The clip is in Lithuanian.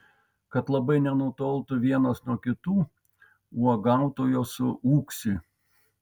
kad labai nenutoltų vienos nuo kitų uogautojos suūksi